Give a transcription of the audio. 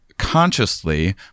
consciously